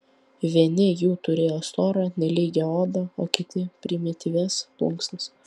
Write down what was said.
vieni jų turėjo storą nelygią odą o kiti primityvias plunksnas